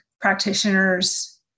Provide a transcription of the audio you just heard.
practitioners